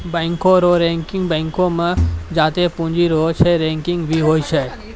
बैंको रो रैंकिंग बैंको मे जत्तै पूंजी रहै छै रैंकिंग भी होय छै